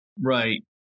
Right